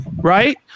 right